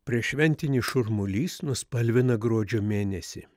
prieššventinis šurmulys nuspalvina gruodžio mėnesį